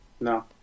No